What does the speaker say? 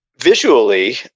visually